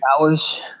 hours